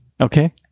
Okay